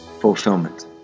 fulfillment